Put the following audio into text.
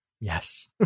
Yes